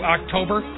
October